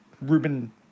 Ruben